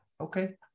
Okay